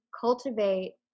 cultivate